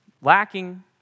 lacking